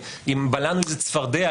ואם בלענו איזה צפרדע,